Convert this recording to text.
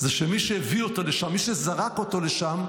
שמי שהביא אותו לשם, מי שזרק אותו לשם,